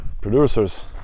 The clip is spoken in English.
producers